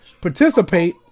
participate